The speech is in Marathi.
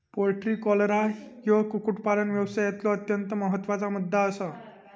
पोल्ट्री कॉलरा ह्यो कुक्कुटपालन व्यवसायातलो अत्यंत महत्त्वाचा मुद्दो आसा